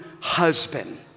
husband